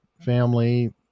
family